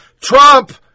Trump